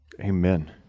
Amen